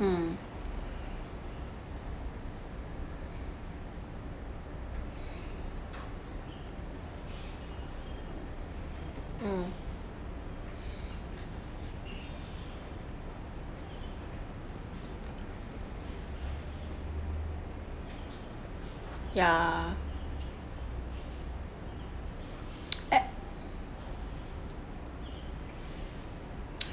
um ya